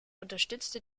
unterstützte